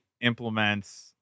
implements